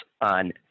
on